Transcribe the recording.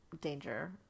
danger